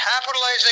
capitalizing